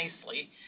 nicely